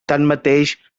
tanmateix